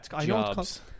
Jobs